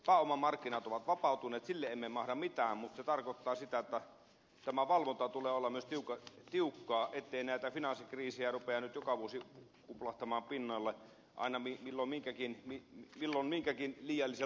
pääomamarkkinat ovat vapautuneet sille emme mahda mitään mutta se tarkoittaa sitä että tämän valvonnan tulee olla myös tiukkaa jottei näitä finanssikriisejä rupea nyt joka vuosi kuplahtamaan pinnalle aina milloin minkäkin liiallisen luotonannon takia